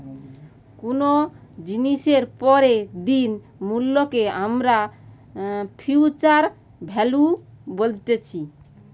কুনো জিনিসের পরের দিনের মূল্যকে আমরা ফিউচার ভ্যালু বলছি